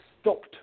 stopped